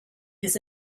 his